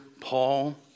Paul